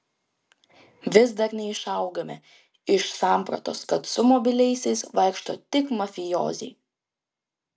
vis dar neišaugame iš sampratos kad su mobiliaisiais vaikšto tik mafijoziai